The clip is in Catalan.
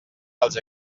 als